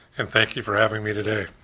and thank you for having me today.